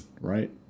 Right